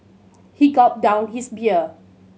he gulped down his beer